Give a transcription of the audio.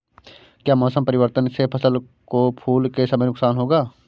क्या मौसम परिवर्तन से फसल को फूल के समय नुकसान होगा?